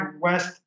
West